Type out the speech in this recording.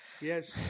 Yes